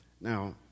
Now